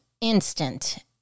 instant